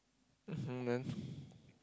mmhmm then